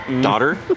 Daughter